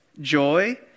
joy